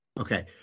Okay